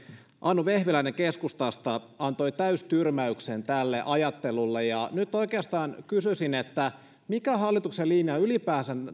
anu vehviläinen keskustasta antoi täystyrmäyksen tälle ajattelulle nyt oikeastaan kysyisin mikä hallituksen linja ylipäänsä on